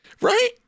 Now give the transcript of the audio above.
right